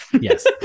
yes